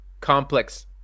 complex